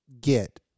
get